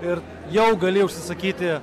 ir jau gali užsisakyti